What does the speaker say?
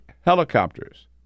helicopters